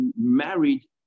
married